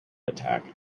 attack